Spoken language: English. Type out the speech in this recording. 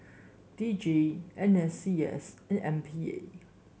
D J N S C S and M P A